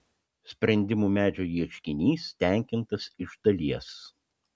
sprendimų medžio ieškinys tenkintas iš dalies